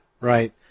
Right